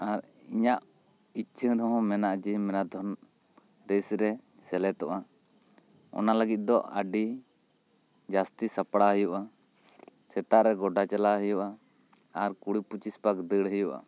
ᱟᱨ ᱤᱧᱟᱹᱜ ᱤᱠᱪᱷᱟᱹ ᱦᱚᱸ ᱢᱮᱱᱟᱜᱼᱟ ᱡᱮ ᱢᱮᱨᱟᱛᱷᱚᱱ ᱨᱮᱥ ᱨᱮ ᱥᱮᱞᱮᱫᱚᱜᱼᱟ ᱚᱱᱟ ᱞᱟᱹᱜᱤᱫ ᱫᱚ ᱟᱹᱰᱤ ᱡᱟᱹᱥᱛᱤ ᱥᱟᱯᱲᱟᱣ ᱦᱩᱭᱩᱜᱼᱟ ᱥᱮᱛᱟᱜ ᱨᱮ ᱜᱚᱰᱟ ᱪᱟᱞᱟᱣ ᱦᱩᱭᱩᱜᱼᱟ ᱟᱨ ᱠᱩᱲᱤ ᱯᱩᱪᱤᱥ ᱵᱟᱨ ᱫᱟᱹᱲ ᱦᱩᱭᱩᱜᱼᱟ